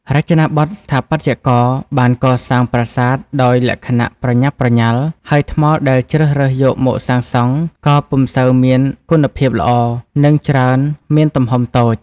រចនាបថ ស្ថាបត្យករបានកសាងប្រាសាទដោយលក្ខណៈប្រញាប់ប្រញាល់ ហើយថ្មដែលជ្រើសរើសយកមកសាងសង់ក៏ពុំសូវមានគុណភាពល្អ និងច្រើន មានទំហំតូច។